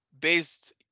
based